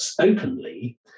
openly